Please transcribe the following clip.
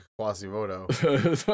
Quasimodo